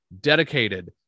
dedicated